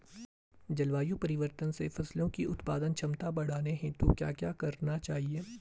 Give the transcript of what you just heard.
जलवायु परिवर्तन से फसलों की उत्पादन क्षमता बढ़ाने हेतु क्या क्या करना चाहिए?